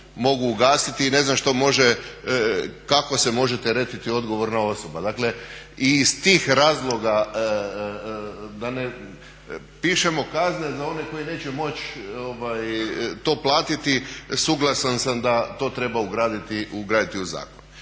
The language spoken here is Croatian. mogu ugasiti i ne znam što može, kako se može teretiti odgovorna osoba. Dakle i iz tih razloga da ne pišemo kazne za one koji neće moći to platiti suglasan sam da to treba ugraditi u zakon.